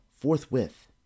forthwith